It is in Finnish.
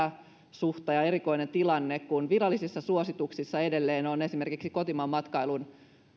epäsuhta ja erikoinen tilanne kun virallisissa suosituksissa edelleen on esimerkiksi kotimaanmatkailun